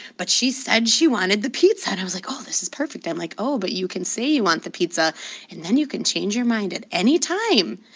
but she said she wanted the pizza. and i was like, oh, this is perfect. i'm like, oh, but you can say you want the pizza and then you can change your mind at any time,